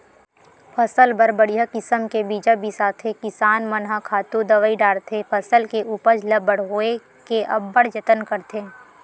फसल बर बड़िहा किसम के बीजा बिसाथे किसान मन ह खातू दवई डारथे फसल के उपज ल बड़होए के अब्बड़ जतन करथे